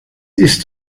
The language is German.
ist